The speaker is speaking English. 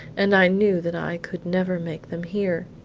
and i knew that i could never make them hear.